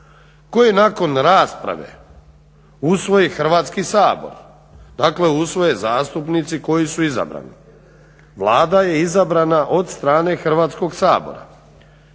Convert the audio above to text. koji je nakon rasprave usvoji Hrvatski sabor, dakle usvoje zastupnici koji su izabrani. Vlada je izabrana od strane Hrvatskog sabora